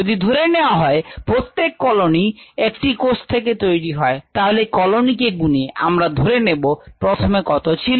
যদি ধরে নেয়া হয় প্রত্যেক কলোনি একটি কোষ থেকে তৈরি তাহলে কলোনি কে গুনে আমরা তুলনা করতে পারব যখন প্লেট করা হয়েছিল তখন কত কোষ ছিল